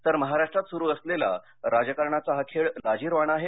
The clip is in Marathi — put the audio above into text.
तर महाराष्ट्रात सुरू असलेला राजकारणाचा हा खेळ लाजिरवाणा आहे